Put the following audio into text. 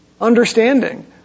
understanding